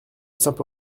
simple